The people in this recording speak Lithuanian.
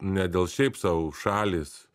ne dėl šiaip sau šalys